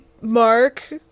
Mark